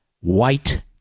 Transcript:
white